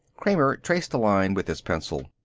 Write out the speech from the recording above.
kramer traced a line with his pencil.